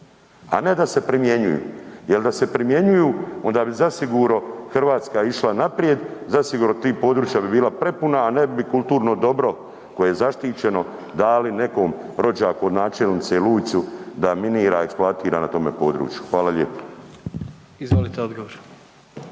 a ne da se primjenjuju, jel da se primjenjuju onda bi zasigurno Hrvatska išla naprijed, zasigurno ti područja bi bila prepuna, a ne bi kulturno dobro koje je zaštićeno dali nekom rođaku od načelnice Luicu da minira, eksploatira na tome području. Hvala lijepo.